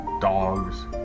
dogs